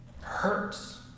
hurts